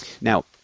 Now